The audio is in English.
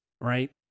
right